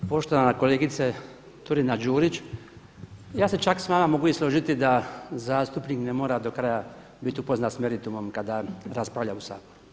Poštovana kolegice Turina-Đurić, ja se s vama čak mogu i složiti da zastupnik ne mora do kraja biti upoznat s meritumom kada raspravlja u Saboru.